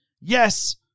Yes